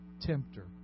tempter